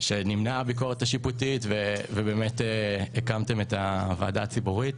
שהביקורת הזו נמנעה והקמתם את הוועדה הציבורית.